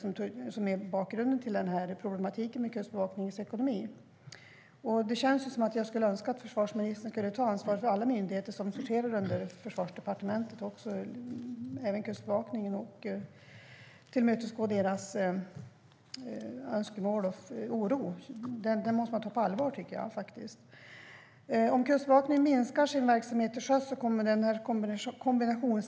Det är bakgrunden till problematiken i Kustbevakningens ekonomi. Jag önskar att försvarsministern skulle ta ansvar för alla myndigheter som sorterar under Försvarsdepartementet, även Kustbevakningen, och tillmötesgå deras önskemål och ta oron på allvar. Det måste man göra, tycker jag. Om Kustbevakningen minskar sin verksamhet till sjöss riskerar kombinationstanken att gå förlorad.